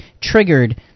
triggered